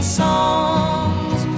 songs